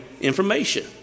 information